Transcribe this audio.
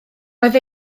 roedd